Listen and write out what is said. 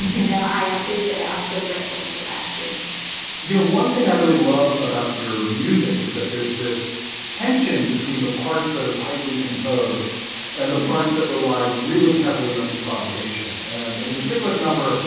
and then i appreciate it. i'm so grateful for that, too you know, one thing i really love about your music is that there's this tension between the parts that are tightly composed and the parts that rely really heavily on improvisation. and in the cyclic, no,